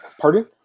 Pardon